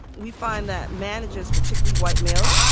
we find that managers, particularly white males,